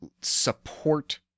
support